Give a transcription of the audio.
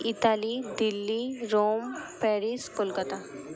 Italy Delhi Rome Paris Kolkata